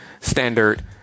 Standard